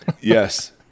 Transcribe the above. Yes